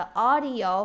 audio